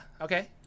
Okay